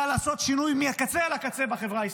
לעשות שינוי מהקצה אל הקצה בחברה הישראלית.